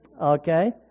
Okay